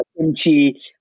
kimchi